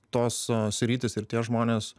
tos sritys ir tie žmonės